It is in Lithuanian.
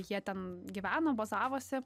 jie ten gyveno bazavosi